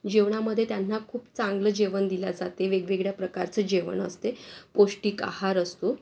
जेवणामध्ये त्यांना खूप चांगलं जेवण दिले जाते वेगवेगळ्या प्रकारचं जेवण असते पौष्टिक आहार असतो